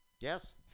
Yes